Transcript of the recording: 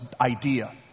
idea